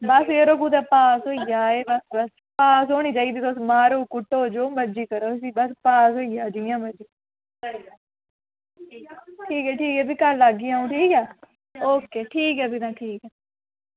बस यरो कुदै पास होई जा ते बस पास होनी चाहिदी तुस मारो कुट्टो जो मर्जी करो तुस बस पास होई जा जियां मर्जी ठीक ऐ ठीक ऐ भी कल्ल आह्गी अंऊ ठीक ऐ ओके ठीक ऐ भी तां ठीक ऐ